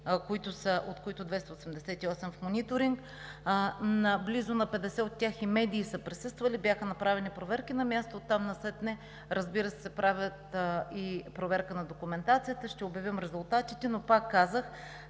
от които 288 в мониторинг, на близо 50 от тях и медии са присъствали, бяха направени проверки на място, оттам нататък разбира се, се прави и проверка на документацията, ще обявим резултатите. Но, пак казвам,